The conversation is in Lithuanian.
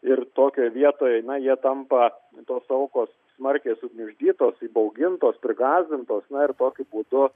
ir tokioj vietoj na jie tampa tos aukos smarkiai sugniuždytos įbaugintos prigąsdintos na ir tokiu būdu